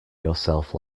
yourself